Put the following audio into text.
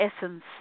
essence